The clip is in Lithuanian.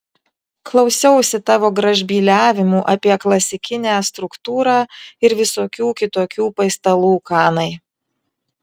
klausiausi tavo gražbyliavimų apie klasikinę struktūrą ir visokių kitokių paistalų kanai